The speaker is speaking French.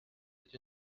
êtes